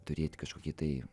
turėt kažkokį tai